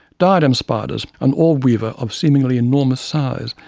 diadem spiders, an orb weaver of seemingly enormous size,